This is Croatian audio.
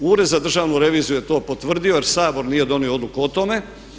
Ured za državnu reviziju je to potvrdio jer Sabor nije donio odluku o tome.